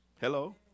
Hello